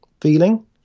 feeling